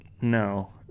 No